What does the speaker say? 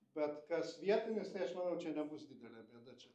bet kas vietinis tai aš manau čia nebus didelė bėda čia